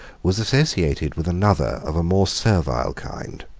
was associated with another of a more servile kind.